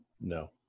No